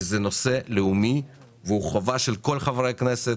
כי זה נושא לאומי והוא חובה של כל חברי הכנסת,